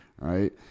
Right